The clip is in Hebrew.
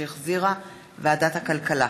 התשע"ט 2018, שהחזירה ועדת הכלכלה,